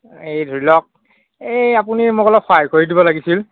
এই ধৰি লওক এই আপুনি মোক অলপ সহায় কৰি দিব লাগিছিল